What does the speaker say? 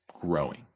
growing